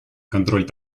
контроль